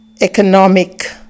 economic